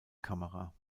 kamera